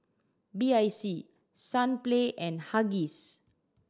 B I C Sunplay and Huggies